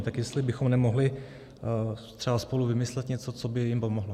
Tak jestli bychom nemohli třeba spolu vymyslet něco, co by jim pomohlo.